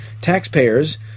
Taxpayers